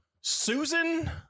Susan